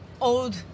old